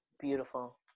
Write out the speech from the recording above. Beautiful